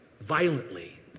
violently